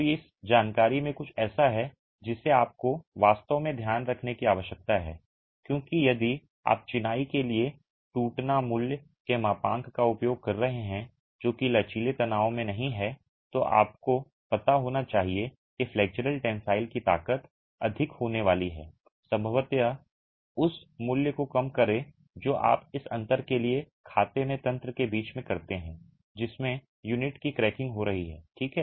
तो इस जानकारी में कुछ ऐसा है जिसे आपको वास्तव में ध्यान में रखने की आवश्यकता है क्योंकि यदि आप चिनाई के लिए टूटना मूल्य के मापांक का उपयोग कर रहे हैं जो कि लचीले तनाव में नहीं है तो आपको पता होना चाहिए कि फ्लेक्सुरल टेंसिल की ताकत अधिक होने वाली है संभवतया उस मूल्य को कम करें जो आप इस अंतर के लिए खाते में तंत्र के बीच में करते हैं जिसमें यूनिट की क्रैकिंग हो रही है ठीक है